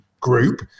group